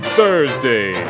Thursday